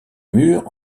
murs